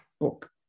book